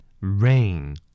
Rain